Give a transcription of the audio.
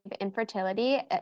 infertility